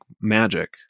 magic